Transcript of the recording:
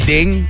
Ding